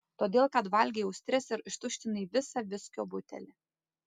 todėl kad valgei austres ir ištuštinai visą viskio butelį